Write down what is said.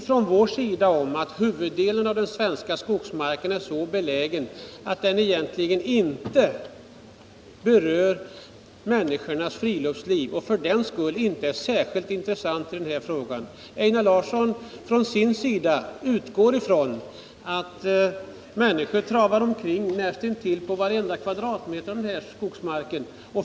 Från vår sida utgår vi från att huvuddelen av den svenska skogsmarken är så belägen att den egentligen inte berörs av människornas friluftsliv och därför inte är särskilt intressant när det gäller den här frågan. Einar Larsson utgår från att människor trampar omkring på nästan varenda kvadratmeter av skogsmarken.